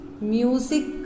music